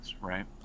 right